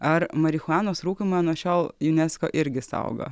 ar marihuanos rūkymą nuo šiol junesko irgi saugo